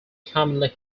commonly